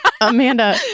Amanda